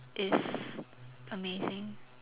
is amazing